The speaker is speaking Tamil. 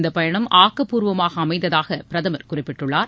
இந்த பயணம் ஆக்கப்பூர்வமாக அமைந்ததாக பிரதமர் குறிப்பிட்டுள்ளார்